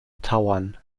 tauern